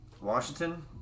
Washington